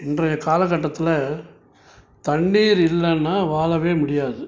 இன்றைய காலக்கட்டத்தில் தண்ணீர் இல்லைன்னா வாழவே முடியாது